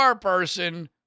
person